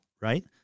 right